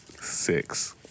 six